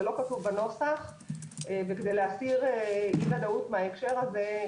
זה לא כתוב בנוסח וכדי להסיר אי-ודאות מההקשר הזה,